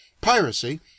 Piracy